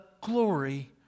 glory